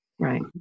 Right